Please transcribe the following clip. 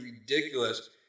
ridiculous